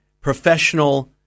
professional